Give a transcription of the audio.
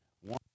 One